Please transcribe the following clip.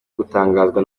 gutangazwa